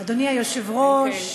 אדוני היושב-ראש,